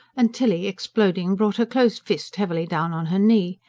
and tilly, exploding, brought her closed fist heavily down on her knee.